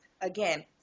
again